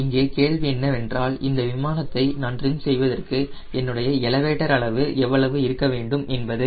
இங்கே கேள்வி என்னவென்றால் இந்த விமானத்தை நான் ட்ரிம் செய்வதற்கு என்னுடைய எலவேட்டர் அளவு எவ்வளவு இருக்க வேண்டும் என்பதே